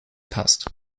passt